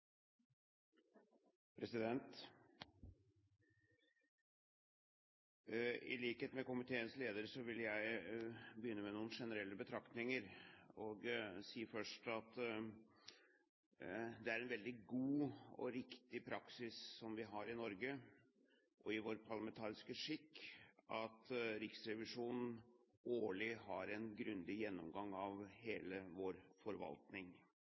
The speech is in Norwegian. statsråder. I likhet med komiteens leder vil jeg begynne med noen generelle betraktninger og si først at det er en veldig god og riktig praksis som vi har i Norge og i vår parlamentariske skikk, at Riksrevisjonen årlig har en grundig gjennomgang av hele vår forvaltning.